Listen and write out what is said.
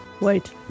Wait